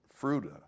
Fruta